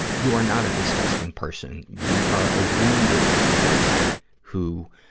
you are not a disgusting person you are a wounded person who,